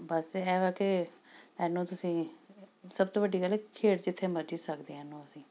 ਬਸ ਇਹ ਹੈ ਕਿ ਇਹਨੂੰ ਤੁਸੀਂ ਸਭ ਤੋਂ ਵੱਡੀ ਗੱਲ ਖੇਡ ਜਿੱਥੇ ਮਰਜ਼ੀ ਸਕਦੇ ਹਾਂ ਇਹਨੂੰ ਅਸੀਂ